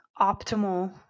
optimal